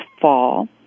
fall